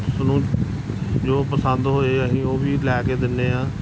ਉਸਨੂੰ ਜੋ ਪਸੰਦ ਹੋਵੇ ਅਸੀਂ ਉਹ ਵੀ ਲੈ ਕੇ ਦਿੰਦੇ ਹਾਂ